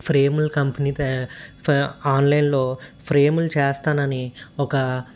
ఫ్రేముల కంపెనీతో ఆన్లైన్లో ఫ్రేములు చేస్తానని ఒక